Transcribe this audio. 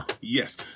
Yes